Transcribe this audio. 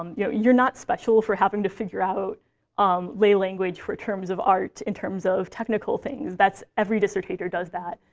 um you're you're not special for having to figure out um lay language for terms of art in terms of technical things. every dissertator does that.